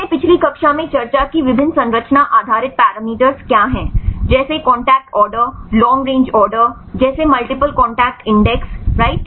हमने पिछली कक्षा में चर्चा की विभिन्न संरचना आधारित पैरामीटर क्या हैं जैसे contact order long range order जैसे मल्टीपल कॉन्टैक्ट इंडेक्स राइट